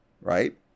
Right